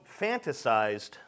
fantasized